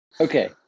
okay